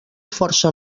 força